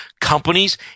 companies